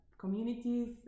communities